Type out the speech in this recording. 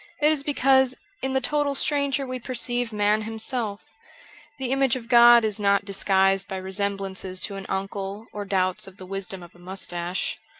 it is because in the total stranger we perceive man himself the image of god is not disguised by resemblances to an uncle or doubts of the wisdom of a moustache.